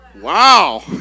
wow